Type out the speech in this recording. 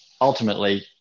ultimately